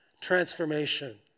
transformation